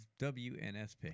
wnsp